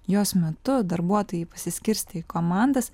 jos metu darbuotojai pasiskirstė į komandas